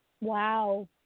Wow